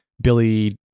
Billy